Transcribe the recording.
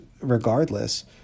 regardless